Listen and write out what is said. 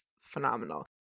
phenomenal